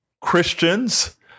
Christians